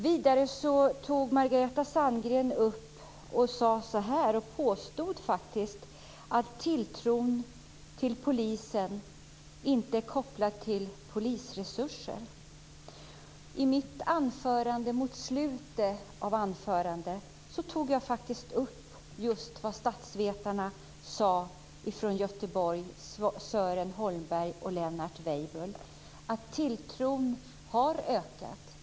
Vidare påstod Margareta Sandgren att tilltron till polisen inte är kopplad till polisresurser. Mot slutet av mitt anförande tog jag faktiskt upp just vad statsvetarna från Göteborg, Sören Holmberg och Lennart Weibull, sade, nämligen att tilltron har ökat.